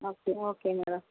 okay okay madam